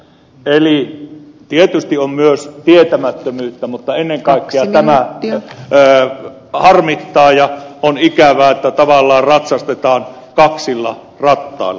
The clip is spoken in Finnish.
eli tietysti on myös tietämättömyyttä mutta ennen kaikkea tämä harmittaa ja on ikävää että tavallaan ratsastetaan kaksilla rattailla